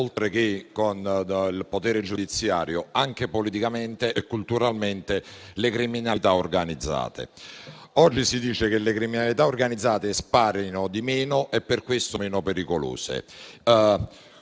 oltre che con il potere giudiziario, anche politicamente e culturalmente, le criminalità organizzate. Oggi si dice che le criminalità organizzate sparino di meno e per questo meno siano pericolose.